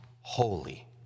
holy